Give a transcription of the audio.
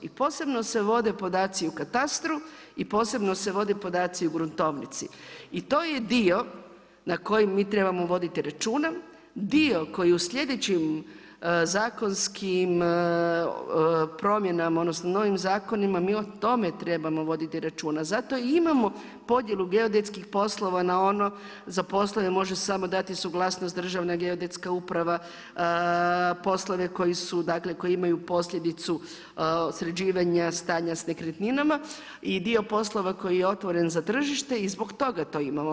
I posebno se vode podaci u katastru i posebno se vode podaci u gruntovnici, i to je dio na koji mi trebamo voditi računa, dio koji u slijedećim zakonskim promjenama odnosno novim zakonima, mi o tome trebamo voditi računa, zato i imamo podjelu geodetskih poslova na ono, za poslove može samo dati suglasnost Državna geodetska uprava, poslove koje imaju dakle posljedicu sređivanja stanja sa nekretninama i dio poslova koji je otvoren za tržište i zbog toga to imamo.